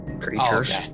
creatures